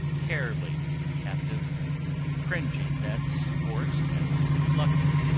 care-laden captive cringing thence forced and reluctant,